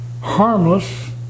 harmless